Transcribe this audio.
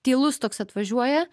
tylus toks atvažiuoja